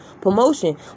promotion